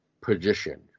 position